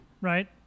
right